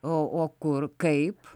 o o kur kaip